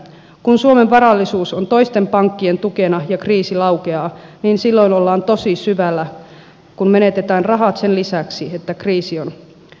kun suomen varallisuus on toisten pankkien tukena ja kriisi laukeaa niin silloin ollaan tosi syvällä kun menetetään rahat sen lisäksi että kriisi on edessä